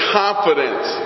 confidence